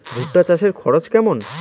ভুট্টা চাষে খরচ কেমন?